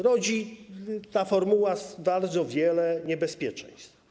Rodzi ta formuła bardzo wiele niebezpieczeństw.